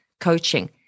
coaching